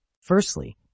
firstly